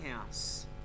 house